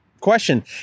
question